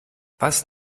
was